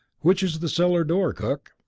which is the cellar door, cook?